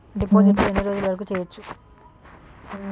డిపాజిట్లు ఎన్ని రోజులు వరుకు చెయ్యవచ్చు?